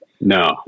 No